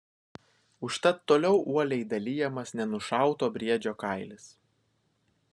užtat toliau uoliai dalijamas nenušauto briedžio kailis